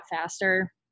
faster